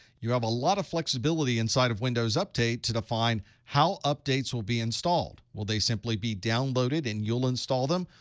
you have a lot of flexibility inside of windows update to define how updates will be installed. will they simply be downloaded, and you'll install them?